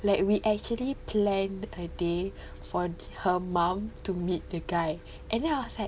like we actually planned a day for her mum to meet the guy and then I was like